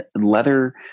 Leather